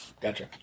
Gotcha